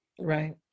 right